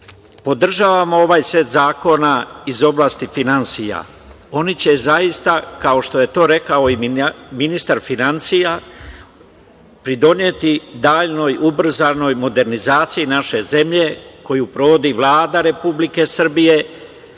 podržavam ovaj set zakona iz oblasti finansija. Oni će zaista, kao što je to rekao i ministar finansija, pridoneti daljoj ubrzanoj modernizaciji naše zemlje koju sprovodi Vlada Republike Srbije,